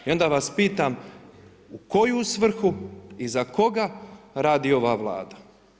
I onda vas pitam u koju svrhu i za koga radi ova Vlada?